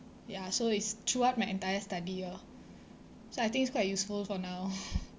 ya so it's throughout my entire study lor so I think it's quite useful for now